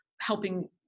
helping